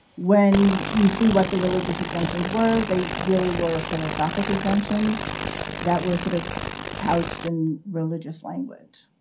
when you see what the religious exemptions were, they really were philosophic exemptions that were sort of couched in religious language.